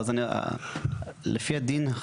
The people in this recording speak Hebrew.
לפי הדין,